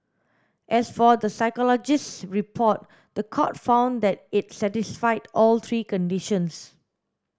as for the psychologist's report the court found that it satisfied all three conditions